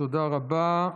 תודה רבה.